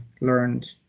learned